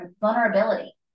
vulnerability